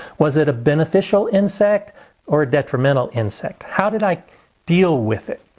was it a beneficial insect or a detrimental insect? how did i deal with it?